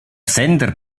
sender